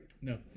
No